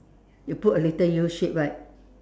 you put a little U shape right